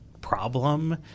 problem